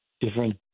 different